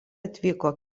atvyko